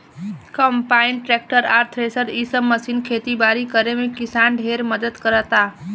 combine, tractor आ thresher इ सब मशीन खेती बारी करे में किसान ढेरे मदद कराता